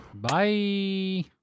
Bye